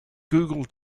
google